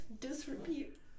Disrepute